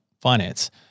finance